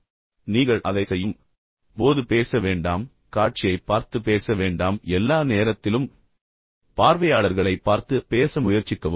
எனவே நீங்கள் அதைச் செய்யும்போது பேச வேண்டாம் காட்சியைப் பார்த்து பேச வேண்டாம் எல்லா நேரத்திலும் பார்வையாளர்களைப் பார்த்து பேச முயற்சிக்கவும்